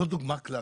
זו דוגמה קלאסית.